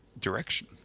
direction